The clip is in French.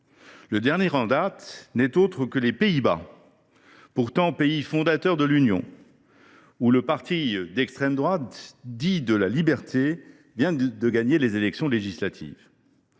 Le dernier en date n’est autre que les Pays Bas, pourtant pays fondateur de l’Union, où le parti d’extrême droite, dit « de la liberté », vient de gagner les élections législatives.